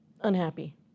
unhappy